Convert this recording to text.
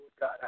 God